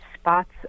spots